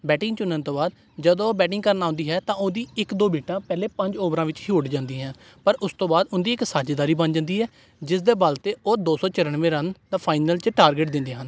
batting ਚੁਣਨ ਤੋਂ ਬਾਅਦ ਜਦੋਂ ਬੈਟਿੰਗ ਕਰਨ ਆਉਂਦੀ ਹੈ ਤਾਂ ਉਹਦੀ ਇੱਕ ਦੋ ਵਿਕੇਟਾਂ ਪਹਿਲੇ ਪੰਜ ਓਵਰਾਂ ਵਿੱਚ ਹੀ ਉੱਡ ਜਾਂਦੀਆਂ ਪਰ ਉਸ ਤੋਂ ਬਾਅਦ ਉਹਨਾਂ ਦੀ ਇੱਕ ਸਾਝੇਦਾਰੀ ਬਣ ਜਾਂਦੀ ਹੈ ਜਿਸ ਦੇ ਬਲ 'ਤੇ ਉਹ ਦੋ ਸੌ ਚੁਰਾਨਵੇਂ ਰਨ ਦਾ ਫਾਈਨਲ 'ਚ ਟਾਰਗੇਟ ਦਿੰਦੇ ਹਨ